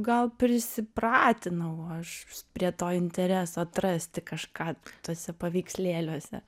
gal prisipratinau aš prie to intereso atrasti kažką tuose paveikslėliuose